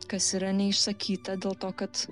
kas yra neišsakyta dėl to kad